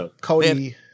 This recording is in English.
Cody